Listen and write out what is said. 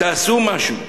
תעשו משהו.